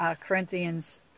Corinthians